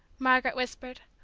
margaret whispered,